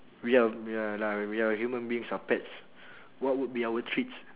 we our ya lah we our human beings are pets what would be our treats